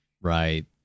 Right